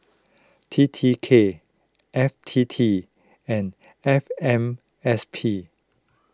T T K F T T and F M S P